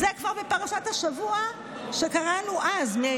זה כבר בפרשת השבוע שקראנו אז,